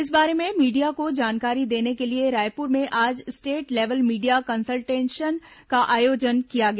इस बारे में मीडिया को जानकारी देने के लिए रायपुर में आज स्टेट लेवल मीडिया कन्सलटेशन का आयोजन किया गया